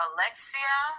Alexia